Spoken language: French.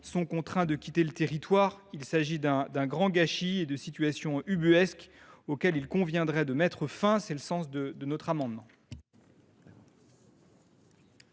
sont contraints de quitter le territoire. Il s’agit d’un grand gâchis et de situations ubuesques auxquelles il conviendrait de mettre fin. Tel est le sens de notre amendement.